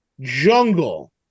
jungle